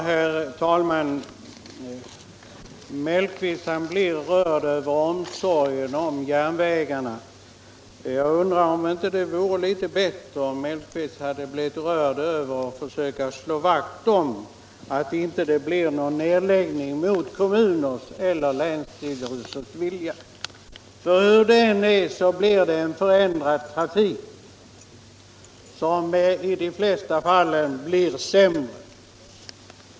Herr talman! Herr Mellqvist blir rörd över omsorgen om järnvägarna. Jag undrar om det inte hade varit litet bättre om herr Mellqvist hade blivit rörd över försöken att se till att det inte sker någon nedläggning mot kommuners och länsstyrelsers vilja. Hur det än är så innebär nedläggningar en förändrad trafik, som i de flesta fall blir sämre.